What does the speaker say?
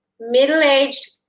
middle-aged